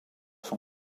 son